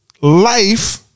life